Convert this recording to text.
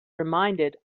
reminded